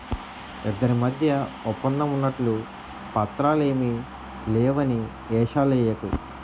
ఇద్దరి మధ్య ఒప్పందం ఉన్నట్లు పత్రాలు ఏమీ లేవని ఏషాలెయ్యకు